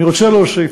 אני רוצה להוסיף,